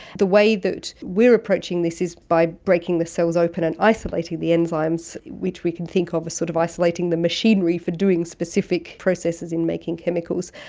the way that we are approaching this is by breaking the cells open and isolating the enzymes which we can think of as sort of isolating the machinery for doing specific processes in making chemicals.